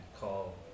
call